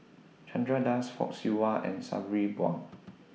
Chandra Das Fock Siew Wah and Sabri Buang